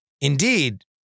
Indeed